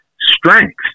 strength